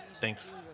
thanks